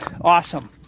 awesome